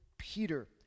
Peter